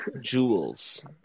jewels